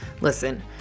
Listen